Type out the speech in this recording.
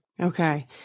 Okay